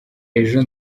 ejo